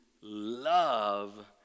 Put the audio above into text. love